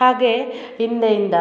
ಹಾಗೆ ಹಿಂದೆಯಿಂದ